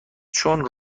چون